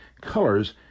colors